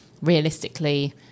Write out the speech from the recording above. realistically